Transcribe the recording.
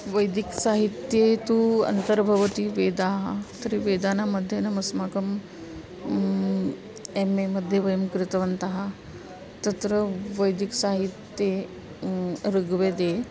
वैदिकसाहित्ये तु अन्तर्भवन्ति वेदाः तर्हि वेदानामध्ययनमस्माकम् एम् ए मध्ये वयं कृतवन्तः तत्र वैदिकसाहित्ये ऋग्वेदे